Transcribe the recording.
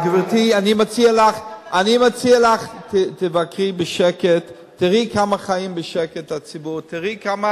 גברתי, אני מציע לך: תבקרי בשקט, תראי כמה